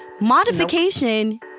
modification